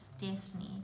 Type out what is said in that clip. destiny